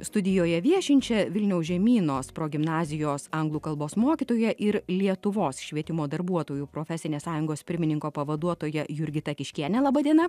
studijoje viešinčią vilniaus žemynos progimnazijos anglų kalbos mokytoja ir lietuvos švietimo darbuotojų profesinės sąjungos pirmininko pavaduotoja jurgita kiškiene laba diena